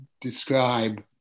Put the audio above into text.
describe